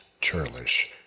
churlish